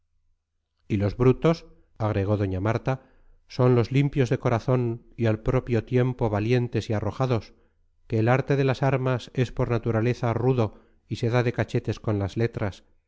y los brutos agregó doña marta son los limpios de corazón y al propio tiempo valientes y arrojados que el arte de las armas es por naturaleza rudo y se da de cachetes con las letras